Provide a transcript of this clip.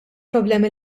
problemi